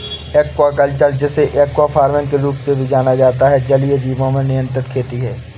aquaculture, जिसे aqua farming के रूप में भी जाना जाता है, जलीय जीवों की नियंत्रित खेती है